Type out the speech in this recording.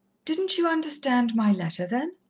didn't you understand my letter, then?